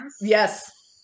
Yes